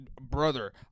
Brother